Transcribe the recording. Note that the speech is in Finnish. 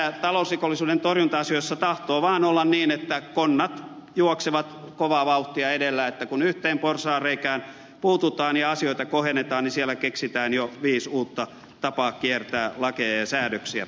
näissä talousrikollisuuden torjunta asioissa tahtoo vaan olla niin että konnat juoksevat kovaa vauhtia edellä niin että kun yhteen porsaanreikään puututaan ja asioita kohennetaan niin siellä keksitään jo viisi uutta tapaa kiertää lakeja ja säädöksiä